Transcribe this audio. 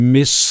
Miss